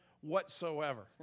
whatsoever